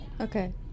Okay